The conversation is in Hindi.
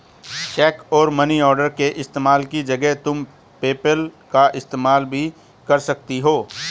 चेक और मनी ऑर्डर के इस्तेमाल की जगह तुम पेपैल का इस्तेमाल भी कर सकती हो